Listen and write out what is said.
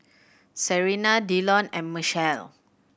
Serina Dillon and Machelle